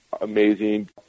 amazing